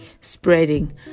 spreading